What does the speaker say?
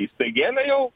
įstaigėlė jau